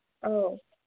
ꯑꯧ